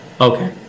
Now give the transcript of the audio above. okay